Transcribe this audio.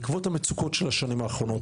בעקבות המצוקות של השנים האחרונות.